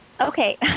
Okay